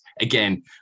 again